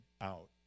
out